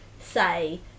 say